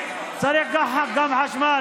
צריך גם חשמל.